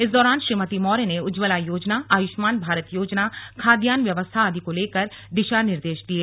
इस दौरान श्रीमती मौर्य ने उज्ज्वला योजना आय्ष्मान भारत योजना खाद्यान्न व्यवस्था आदि को लेकर दिशा निर्देश दिये